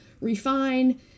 refine